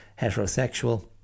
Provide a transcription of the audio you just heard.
heterosexual